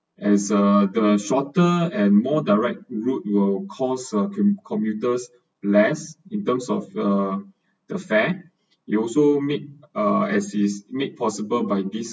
as a the shorter and more direct route will cause uh comm~ commuters less in terms of uh the fare it also make uh as is made possible by this